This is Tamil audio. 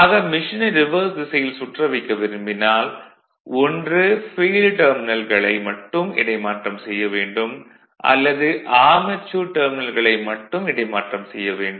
ஆக மெஷினை ரிவர்ஸ் திசையில் சுற்ற வைக்க விரும்பினால் ஒன்று ஃபீல்டு டெர்மினல்களை மட்டும் இடைமாற்றம் செய்ய வேண்டும் அல்லது ஆர்மெச்சூர் டெர்மினல்களை மட்டும் இடைமாற்றம் செய்ய வேண்டும்